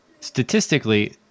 Statistically